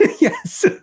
yes